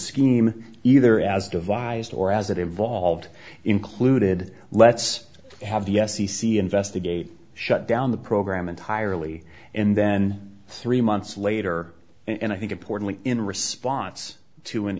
scheme either as devised or as it involved included let's have the f c c investigate shut down the program entirely and then three months later and i think importantly in response to an